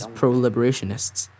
pro-liberationists